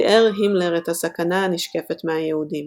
תיאר הימלר את הסכנה הנשקפת מהיהודים